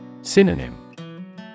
Synonym